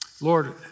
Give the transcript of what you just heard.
Lord